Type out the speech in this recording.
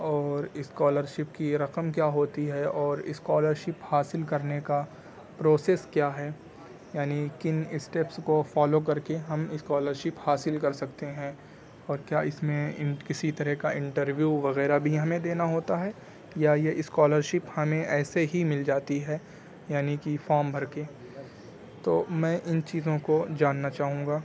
اور اسکالرشپ کی رقم کیا ہوتی ہے اور اسکالرشپ حاصل کرنے کا پروسیس کیا ہے یعنی کن اسٹیپس کو فالو کر کے ہم اسکالرشپ حاصل کر سکتے ہیں اور کیا اس میں کسی طرح کا انٹرویو وغیرہ بھی ہمیں دینا ہوتا ہے یا یہ اسکالرشپ ہمیں ایسے ہی مل جاتی ہے یعنی کہ فام بھر کے تو میں ان چیزوں کو جاننا چاہوں گا